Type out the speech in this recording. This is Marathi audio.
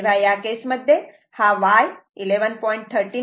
तेव्हा त्या केसमध्ये हा y 11